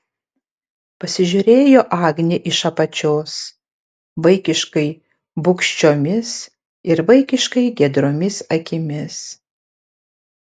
pasižiūrėjo agnė iš apačios vaikiškai bugščiomis ir vaikiškai giedriomis akimis